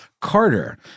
Carter